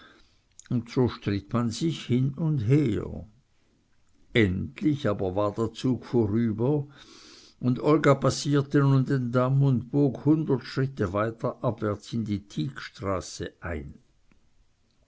und so stritt man sich hin und her endlich aber war der zug vorüber und olga passierte nun den damm und bog hundert schritte weiter abwärts in die tieckstraße ein